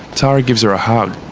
tara gives her a hug.